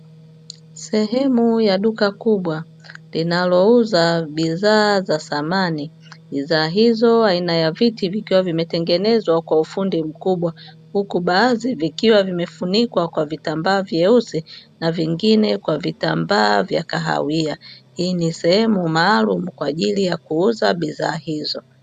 Sehemu ya duka kubwa linalouza bidhaa za samani; bidhaa hizo aina ya viti vikiwa vimetengenezwa kwa ufundi mkubwa, huku baadhi vikiwa vimefunikwa kwa vitambaa vyeusi na vingine kwa vitambaa vya kahawia. Hii ni sehemu maalumu kwa ajili ya kuuza bidhaa hizo.